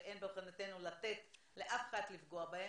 שאין בכוונתנו לתת לאף אחד לפגוע בהם.